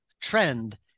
trend